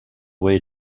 way